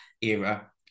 era